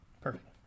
Perfect